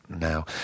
now